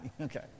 Okay